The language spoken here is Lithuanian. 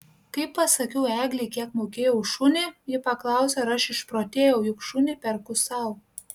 kai pasakiau eglei kiek mokėjau už šunį ji paklausė ar aš išprotėjau juk šunį perku sau